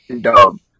dumb